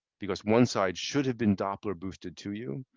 because one side should have been doppler boosted to you,